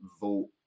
vote